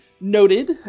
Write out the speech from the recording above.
noted